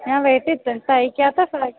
ഞാൻ വീട്ടിൽ തയ്ക്കാത്ത സാഹചര്യം